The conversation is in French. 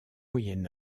moyen